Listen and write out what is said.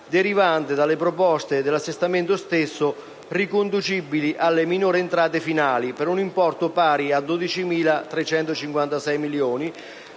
derivante dalle proposte dell'assestamento stesso, riconducibili alle minori entrate finali, per un importo pari a 12.356 milioni,